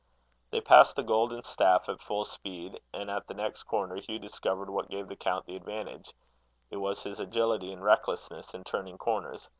they passed the golden staff at full speed, and at the next corner hugh discovered what gave the count the advantage it was his agility and recklessness in turning corners.